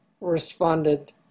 Responded